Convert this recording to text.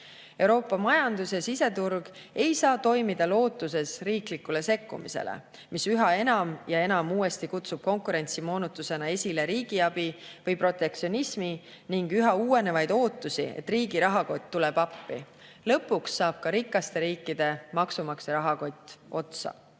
Euroopa majandus ja siseturg ei saa toimida lootuses riiklikule sekkumisele, mis üha enam ja enam uuesti kutsub konkurentsimoonutusena esile riigiabi või protektsionismi ning üha uuenevaid ootusi, et riigi rahakott tuleb appi. Lõpuks saab ka rikaste riikide maksumaksja rahakott